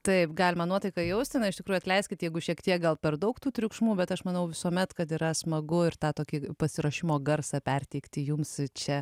taip galima nuotaiką jausti na iš tikrųjų atleiskit jeigu šiek tiek gal per daug tų triukšmų bet aš manau visuomet kad yra smagu ir tą tokį pasiruošimo garsą perteikti jums čia